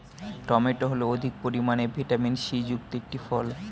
tomato হল অধিক পরিমাণে ভিটামিন সি যুক্ত একটি ফল